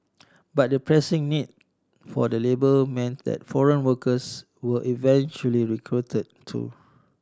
but the pressing need for the labour meant that foreign workers were eventually recruited too